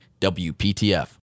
WPTF